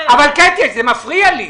קטי, זה מפריע לי.